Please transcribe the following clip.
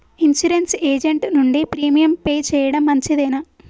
Insurance agent నుండి premium pay చేయడం మంచిదేనా?